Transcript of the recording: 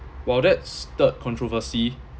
while that stirred controversy